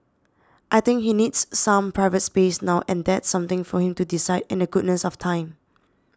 I think he needs some private space now and that's something for him to decide in the goodness of time